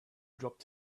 dropped